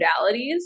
modalities